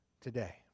today